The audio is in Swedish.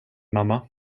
mamma